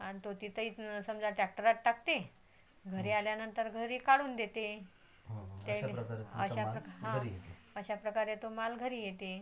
आणि तो तिथं इथनं समजा ट्रॅक्टर आत टाकते घरी आल्यानंतर घरी काढून देते त्यांना अशा हां अशाप्रकारे तो माल घरी येते